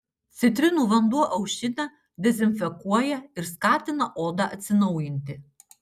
citrinų vanduo aušina dezinfekuoja ir skatina odą atsinaujinti